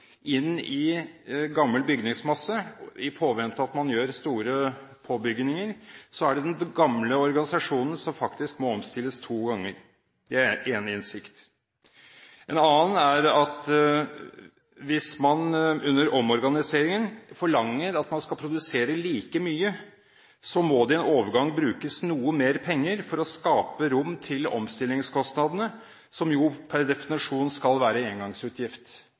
inn i gammel bygningsmasse i påvente av at man skal gjøre store påbygninger, er det den gamle organisasjonen som faktisk må omstilles to ganger. Det er én innsikt. En annen er at hvis man under omorganiseringen forlanger at man skal produsere like mye, må det i en overgang brukes noe mer penger for å skape rom til omstillingskostnadene, som jo per definisjon skal være en engangsutgift.